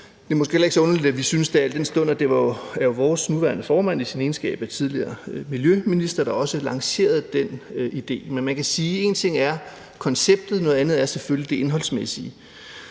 Det er måske heller ikke så underligt, at vi synes det, al den stund at det jo var vores nuværende formand i sin tidligere egenskab af miljøminister, der lancerede den idé. Men man kan sige, at én ting er konceptet, noget andet er selvfølgelig det indholdsmæssige.